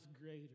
greater